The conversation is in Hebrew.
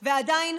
ועדיין,